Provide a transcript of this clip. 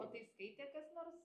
o tai skaitė kas nors